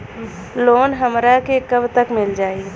Loan हमरा के कब तक मिल जाई?